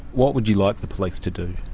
what would you like the police to do?